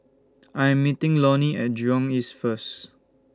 I Am meeting Lonnie At Jurong East First